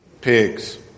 pigs